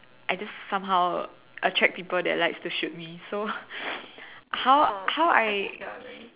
I just somehow attract people that likes to shoot me so how how I